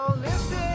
listen